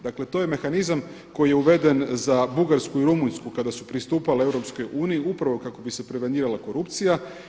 Dakle, to je mehanizam koji je uveden za Bugarsku i Rumunjsku kada su pristupale Europskoj uniji upravo kako bi se prevenirala korupcija.